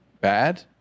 bad